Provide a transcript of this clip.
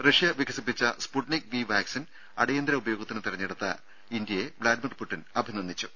Russia വികസിപ്പിച്ച Sputnik V vaccine അടിയന്തര ഉപയോഗത്തിന് തെരഞ്ഞെടുത്ത ഇന്ത്യയെ വ്ലാഡിമർ പുടിൻ അഭിനന്ദിച്ചു